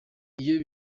iyo